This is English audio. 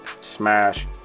smash